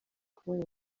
kubona